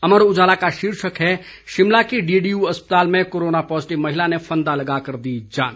अमर उजाला का शीर्षक है शिमला के डीडीयू अस्पताल में कोरोना पॉजीटिव महिला ने फंदा लगाकर दी जान